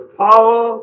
power